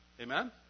Amen